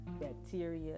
bacteria